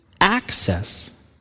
access